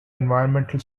environmental